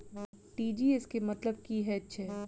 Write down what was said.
TGS केँ मतलब की हएत छै?